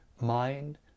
mind